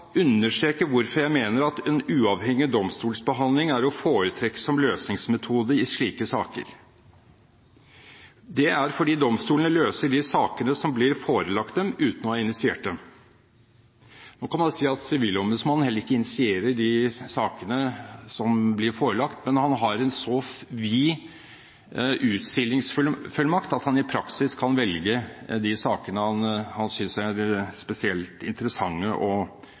understreke hvorfor jeg mener at en uavhengig domstolsbehandling er å foretrekke som løsningsmetode i slike saker. Det er fordi domstolene løser de sakene som blir forelagt dem, men uten å ha initiert dem. Man kan si at Sivilombudsmannen heller ikke initierer de sakene som blir forelagt, men han har en så vid utsilingsfullmakt at han i praksis kan velge de sakene han synes er spesielt interessante